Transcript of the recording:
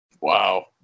Wow